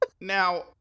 Now